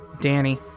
Danny